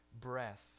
breath